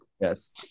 Yes